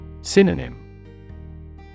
Synonym